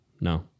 No